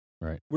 Right